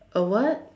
a what